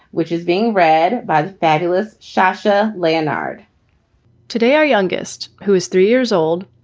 which is being read by the fabulous shasha leonhard today, our youngest, who is three years old,